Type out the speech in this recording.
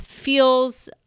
feels